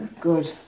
Good